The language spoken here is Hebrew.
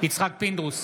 יצחק פינדרוס,